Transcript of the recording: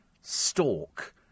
stalk